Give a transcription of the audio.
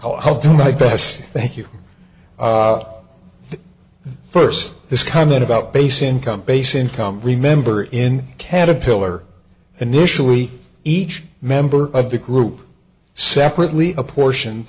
them i'll do my best thank you first this comment about base income base income remember in caterpillar initially each member of the group separately apportion